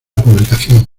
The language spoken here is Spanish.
publicación